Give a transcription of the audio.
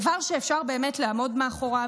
דבר שאפשר באמת לעמוד מאחוריו,